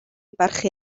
barchu